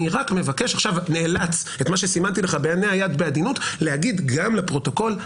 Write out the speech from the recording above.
אני רק נאלץ את מה שסימנתי לך בהינע יד בעדינות להגיד גם לפרוטוקול,